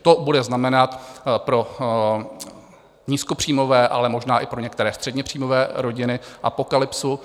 To bude znamenat pro nízkopříjmové, ale možná i pro některé středněpříjmové rodiny apokalypsu.